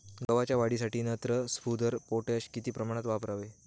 गव्हाच्या वाढीसाठी नत्र, स्फुरद, पोटॅश किती प्रमाणात वापरावे?